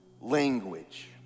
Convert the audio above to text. language